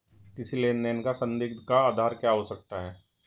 किसी लेन देन का संदिग्ध का आधार क्या हो सकता है?